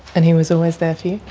and he was always there for you?